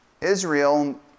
Israel